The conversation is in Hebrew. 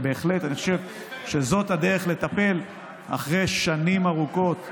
בהחלט אני חושב שזאת הדרך לטפל אחרי שנים ארוכות,